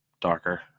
darker